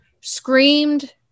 screamed